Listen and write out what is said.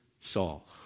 Saul